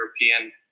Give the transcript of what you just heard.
european